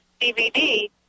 DVD